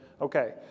okay